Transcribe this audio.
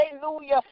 hallelujah